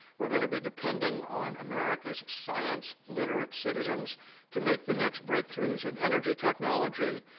we're going to be depending on america's science-literate citizens to make the next breakthroughs in energy technology,